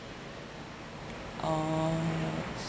oh